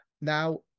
Now